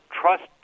trust